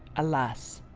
alas!